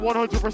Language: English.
100%